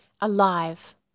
alive